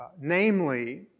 Namely